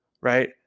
Right